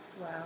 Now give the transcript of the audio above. Wow